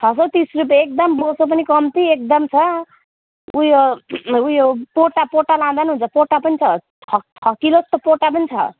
छ सय तिस रुपियाँ एकदम बोसो पनि कम्ती एकदम छ ऊ यो उयो पोटा पोटा लाँदा पनि हुन्छ पोटा पनि छ छ छ किलो जस्तो पोटा पनि छ